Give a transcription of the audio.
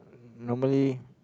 normally